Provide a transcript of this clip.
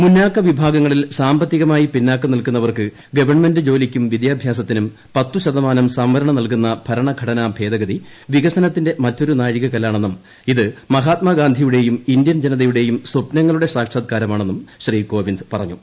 മുന്നാക്കവിഭാഗങ്ങളിൽ സാമ്പത്തികമായി പിന്നാക്കം നിൽക്കുന്നവർക്ക് ഗവൺമെന്റ് ജോലിയ്ക്കും വിദ്യാഭ്യാസത്തിനും പത്ത് ശതമാനം സംവരണം നൽകുന്ന ഭരണഘടനാ ഭേദഗതി വികസനത്തിന്റെ മറ്റൊരു നാഴിക കല്ലാണെന്നും ഇത് മഹാത്മാഗാന്ധിയുടേയും ഇന്ത്യൻ ജനതയുടേയും സ്വപ്നങ്ങളുടെ സാക്ഷാത്കാരമാണെന്നും ശ്രീ കോവിന്ദ് പറഞ്ഞു